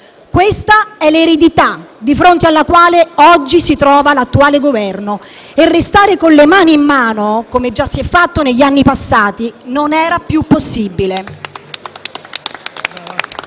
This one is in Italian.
Questa è l'eredità di fronte alla quale si trova l'attuale Governo e restare con le mani in mano, come si è già fatto negli anni passati, non era più possibile.